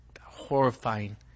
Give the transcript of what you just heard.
horrifying